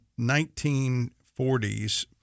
1940s